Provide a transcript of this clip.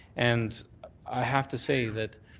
and i have to say that